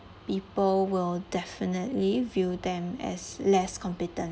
people will definitely view them as less competent